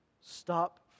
stop